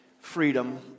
freedom